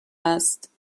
است